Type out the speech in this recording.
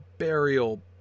burial